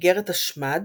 איגרת השמד,